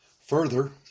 Further